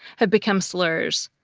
have become slurs,